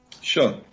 Sure